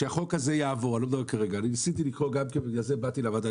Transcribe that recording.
כשהחוק הזה יעבור ניסיתי לקרוא ולכן באתי לדיון בוועדה,